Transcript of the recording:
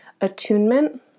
attunement